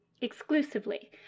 exclusively